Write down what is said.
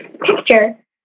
picture